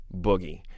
boogie